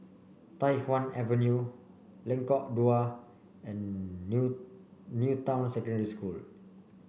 Tai Hwan Avenue Lengkok Dua and New New Town Secondary School